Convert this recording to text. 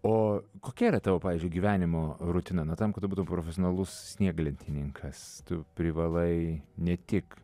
o kokia yra tavo pavyzdžiui gyvenimo rutina na tam kad tu būtum profesionalus snieglentininkas tu privalai ne tik